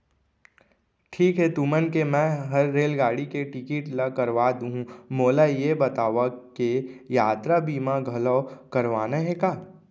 ठीक हे तुमन के मैं हर रेलगाड़ी के टिकिट ल करवा दुहूँ, मोला ये बतावा के यातरा बीमा घलौ करवाना हे का?